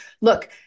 look